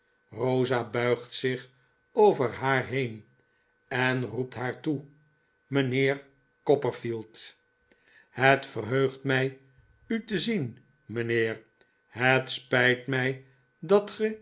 rosa buigt zich over haar heen en rofcrft haar toe mijnheer copperfield david copper field rr het verheugt mij u te zien mijnheer het spijt mij dat